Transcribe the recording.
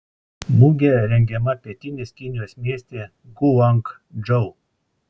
mugė rengiama pietinės kinijos mieste guangdžou